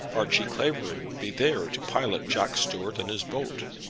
archie clavering, be there to pilot jack stuart and his boat?